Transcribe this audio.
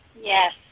Yes